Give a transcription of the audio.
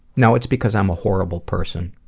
no, it's because i'm a horrible person.